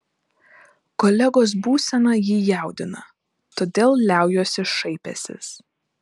kolegos būsena jį jaudina todėl liaujuosi šaipęsis